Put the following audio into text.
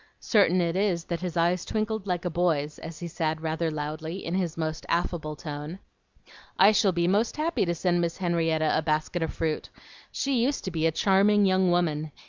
certain it is that his eyes twinkled like a boy's, as he said rather loudly, in his most affable tone i shall be most happy to send miss henrietta a basket of fruit she used to be a charming young woman.